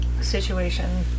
situation